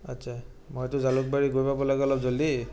আচ্ছা মইতো জালুকবাৰী গৈ পাব লাগে অলপ জল্ডি